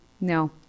No